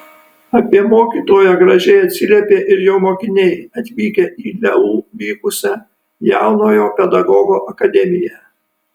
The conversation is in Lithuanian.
apie mokytoją gražiai atsiliepė ir jo mokiniai atvykę į leu vykusią jaunojo pedagogo akademiją